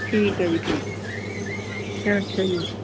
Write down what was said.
ਠੀਕ ਹੈ ਜੀ ਠੀਕ ਹੈ ਅੱਛਾ ਜੀ